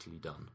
done